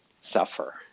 suffer